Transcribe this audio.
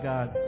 God